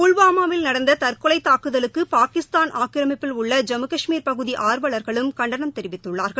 புல்வாமாவில் நடந்த தற்கொலைக் தாக்குதலுக்கு பாகிஸ்தான் ஆக்கிரமிப்பில் உள்ள ஜம்மு ஊஷ்மீர் பகுதி ஆர்வலர்களும் கண்டனம் தெரிவித்துள்ளார்கள்